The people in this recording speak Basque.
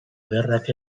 ederrak